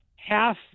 half